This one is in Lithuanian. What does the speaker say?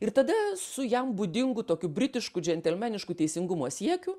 ir tada su jam būdingu tokiu britišku džentelmenišku teisingumo siekiu